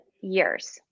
years